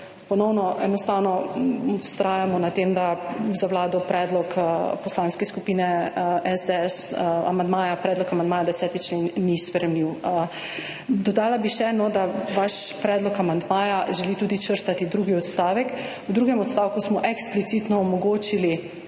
ponovno enostavno vztrajamo na tem, da za Vlado predlog Poslanske skupine SDS, amandmaja, predlog amandmaja, da 10. člen ni sprejemljiv. Dodala bi še, no, da vaš predlog amandmaja želi tudi črtati drugi odstavek. V drugem odstavku smo eksplicitno omogočili